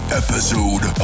episode